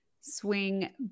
swing